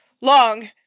long